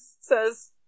says